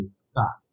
stop